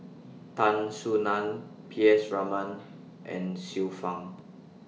Tan Soo NAN P S Raman and Xiu Fang